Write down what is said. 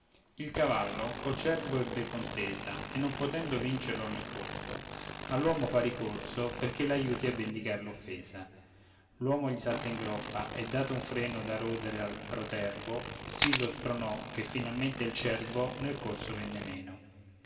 il cavallo col cervo ebbe contesa e non potendo vincerlo nel corso all'uomo fa ricorso perché l'aiuti a vendicar l'offesa l'uomo gli salta in groppa e dato un freno da rodere al protervo sì lo spronò che finalmente il cervo nel corso venne meno